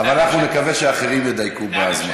אבל אנחנו נקווה שאחרים ידייקו בזמן.